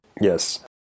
Yes